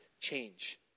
change